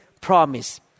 promise